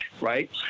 right